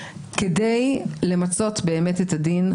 כדי למצות באמת את הדין.